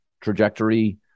trajectory